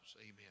amen